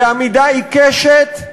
בעמידה עיקשת,